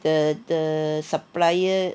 the the supplier